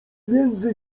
między